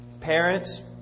Parents